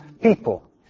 people